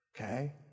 okay